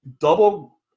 Double